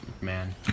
man